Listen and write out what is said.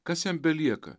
kas jam belieka